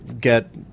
get